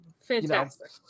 fantastic